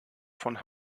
von